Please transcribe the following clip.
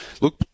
look